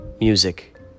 music